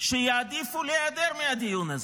שיעדיפו להיעדר מהדיון הזה,